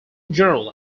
general